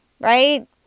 right